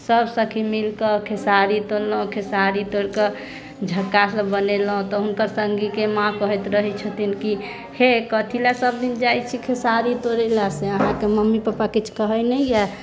सभ सखी मिलकऽ खेसारी तोड़लहुॅं खेसारी तोड़ि के झक्का सभ बनेलहुॅं तऽ हुनकर सङ्गी के माँ कहैत रहै छथिन कि हे कथि लऽ सभ दिन जाइ छी खेसारी तोड़ै लऽ से अहाँके मम्मी पपा किछु कहै नहि यऽ